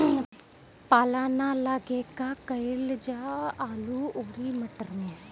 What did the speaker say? पाला न लागे का कयिल जा आलू औरी मटर मैं?